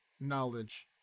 knowledge